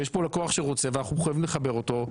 יש פה לקוח שורצה ואנחנו מחויבים לחבר אותו.